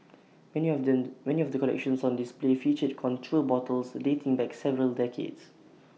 many of them many of the collections on display featured contour bottles dating back several decades